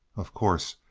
of course,